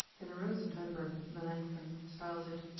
generosum membrum melancthon styles it,